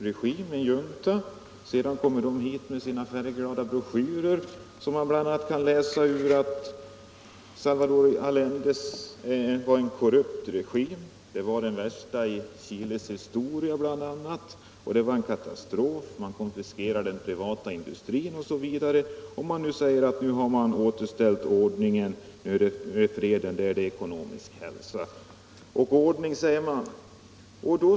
Så kommer dessa SIDA-stipendiater hit med sina färgglada broschyrer där man bl.a. kan läsa att Salvador Allendes regering var en korrupt regim, det var den värsta i Chiles historia och en katastrof — den konfiskerade bl.a. den privata industrin. Men nu har man återställt ordningen, nu har man fred och ekonomisk hälsa.